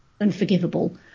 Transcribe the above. unforgivable